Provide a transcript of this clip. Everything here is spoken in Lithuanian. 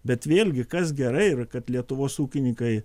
bet vėlgi kas gerai ir kad lietuvos ūkininkai